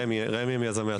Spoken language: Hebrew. רמ"י הם יזמי התוכנית.